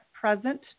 present